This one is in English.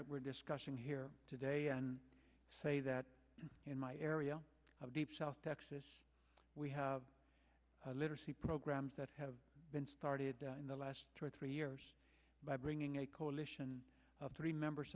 that we're discussing here today and say that in my area of deep south texas we have literacy programs that have been started in the last two or three years by bringing a coalition of thirty members